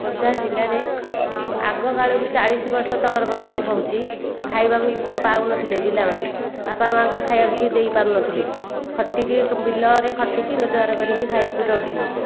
ଖୋର୍ଦ୍ଧା ଜିଲ୍ଲାରେ ଆଗକାଳରୁ ଚାଳିଶବର୍ଷ ତଳର କଥା ମୁଁ କହୁଛି ଖାଇବାକୁ ପାଉନଥିଲେ ପିଲାମାନେ ବାପା ମାଙ୍କୁ ଖାଇବାକୁ ବି ଦେଇପାରୁନଥିଲେ ଖଟିକି ବିଲରେ ଖଟିକି ରୋଜଗାର କରିକି ଖାଇବାକୁ ଦେଉଥିଲେ